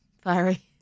Fiery